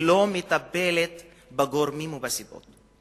ולא מטפלת בגורמים ובסיבות.